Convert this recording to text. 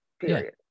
period